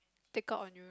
take out on you